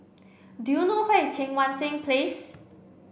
do you know where is Cheang Wan Seng Place